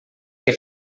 que